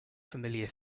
familiar